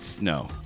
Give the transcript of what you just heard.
No